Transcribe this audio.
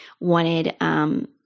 wanted